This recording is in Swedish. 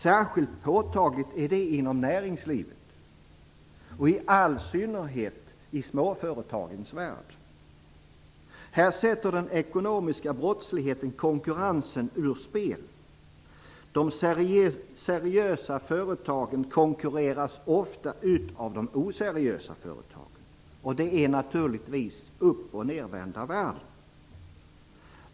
Särskilt påtagligt är detta inom näringslivet och i all synnerhet i småföretagens värld. Här sätter den ekonomiska brottsligheten konkurrensen ur spel. De seriösa företagen konkurreras ofta ut av de oseriösa företagen. Detta är naturligtvis upp och-ner-vända världen.